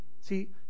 See